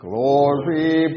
Glory